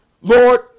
Lord